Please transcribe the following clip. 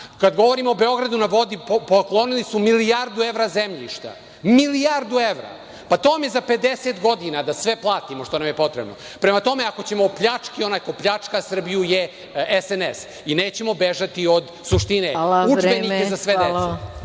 govorimo o Beogradu na vodi, poklonili su milijardu evra zemljišta. Milijardu evra. Pa, to vam je za 50 godina da sve platimo što nam je potrebno. Prema tome, ako ćemo o pljački – onaj ko pljačka Srbiju je SNS, i nećemo bežati od suštine. Udžbenike za svu decu.